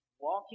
walking